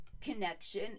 connection